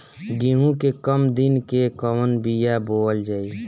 गेहूं के कम दिन के कवन बीआ बोअल जाई?